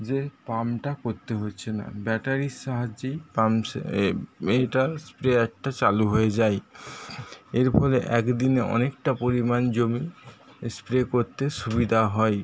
যে পামটা করত হচ্ছে না ব্যটারির সাহায্যেই এটার স্প্রেয়ারটা চালু হয়ে যায় এর ফলে একদিনে অনেকটা পরিমাণ জমি স্প্রে করতে সুবিধা হয়